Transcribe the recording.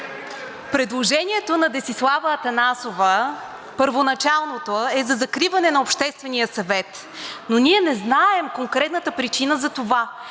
предложение на Десислава Атанасова е за закриване на Обществения съвет. Но ние не знаем конкретната причина за това